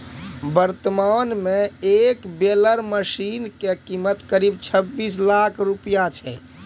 वर्तमान मॅ एक बेलर मशीन के कीमत करीब छब्बीस लाख रूपया छै